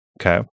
Okay